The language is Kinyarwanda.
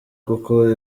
kuko